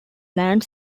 land